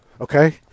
Okay